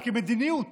אבל כמדיניות